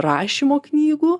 rašymo knygų